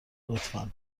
لطفا